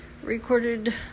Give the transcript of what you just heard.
recorded